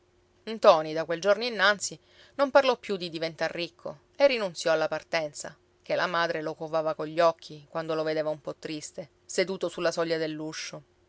domenica ntoni da quel giorno innanzi non parlò più di diventar ricco e rinunziò alla partenza ché la madre lo covava cogli occhi quando lo vedeva un po triste seduto sulla soglia dell'uscio